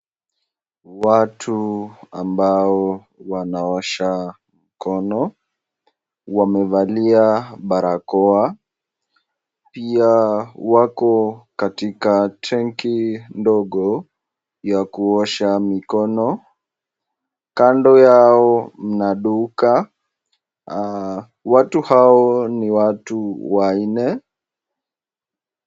Watu ambao wanaosha mkono , wamevalia barakoa, pia wako katika tenki ndogo ya kuosha mikono, kando yao mna duka, watu hao ni watu wanne.